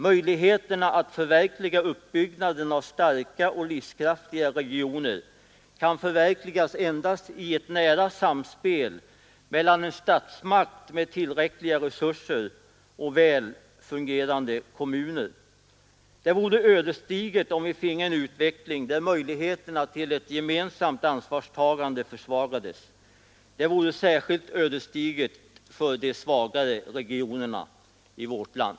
Möjligheterna att förverkliga uppbyggnaden av starka och livskraftiga regioner kan förverkligas endast i ett nära samspel mellan en statsmakt med tillräckliga resurser och väl fungerande kommuner. Det vore ödesdigert om vi finge en utveckling där möjligheterna till ett gemensamt ansvarstagande försvagades. Det vore särskilt ödesdigert för de svagare regionerna i vårt land.